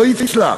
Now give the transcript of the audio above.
לא יצלח.